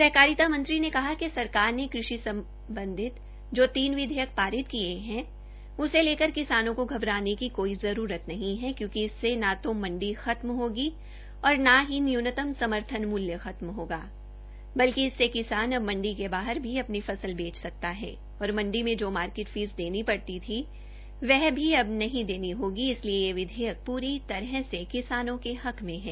सहकारिता मंत्री ने कहा कि सरकर ने कृषि सम्बधित जो तीन विधेयक पारित किये है उसे लेकर किसानों को घबराने की जरूरत नहीं है क्योंकि इससे न तो मंडी खत्म होगी और न ही न्यूनतम समर्थन मुल्य खत्म होगा बल्कि इससे किसान अब मंडी से बाहर भी अपनी फसल बेच सकता है और मंडी में जो मार्किट फीस देनी पड़ती पड़ती थी अब वह नहीं देनी होगी इसलिए यह विधेयक पूरी तरह से किसानों के हक है